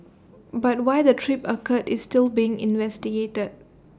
but why the trip occurred is still being investigated